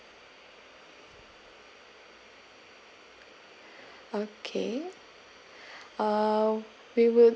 okay uh we will